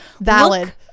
valid